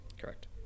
Correct